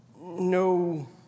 no